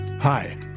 Hi